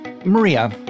Maria